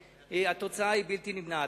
התוצאה היא בלתי נמנעת.